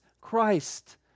Christ